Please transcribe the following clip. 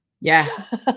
Yes